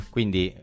Quindi